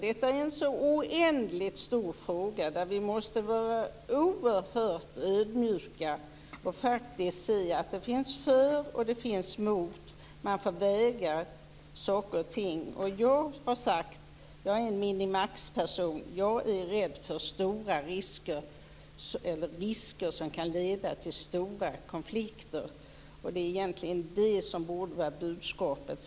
Detta är en så oändligt stor fråga där vi måste vara oerhört ödmjuka och se att det faktiskt finns argument för och emot. Man får väga saker och ting. Jag är en minimaxperson. Jag är rädd för risker som kan leda till stora konflikter. Det är egentligen detta som borde vara budskapet.